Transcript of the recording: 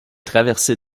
traversée